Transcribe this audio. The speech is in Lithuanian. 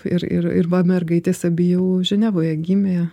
ir ir ir va mergaitės abi jau ženevoje gimė